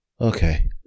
Okay